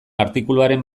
artikuluaren